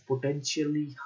potentially